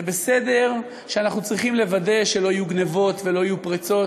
זה בסדר שאנחנו צריכים לוודא שלא יהיו גנבות ולא יהיו פריצות,